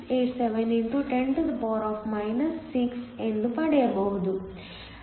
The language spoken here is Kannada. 687 x 10 6 ಎಂದು ಪಡೆಯಬಹುದು